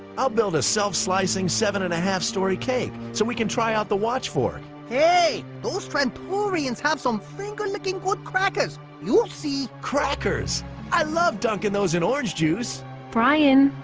i'll build a self slicing seven and a half story cake so we can try out the watch fork hey those tran torian's have some thinkin lookin. good crackers. you'll see crackers i love duncan those in orange juice brian.